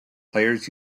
players